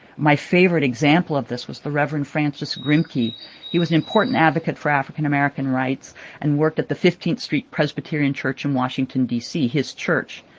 my favorite example of this was the reverend francis grimke. he he was an important advocate for african american rights and worked at the fifteenth street presbyterian church in washington, d c, his church.